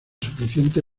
suficiente